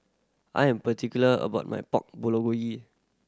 I'm particular about my Pork